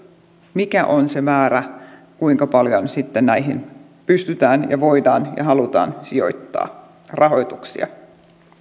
mikä on se määrä kuinka paljon sitten näihin voidaan ja halutaan sijoittaa rahoituksia